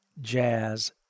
jazz